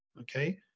okay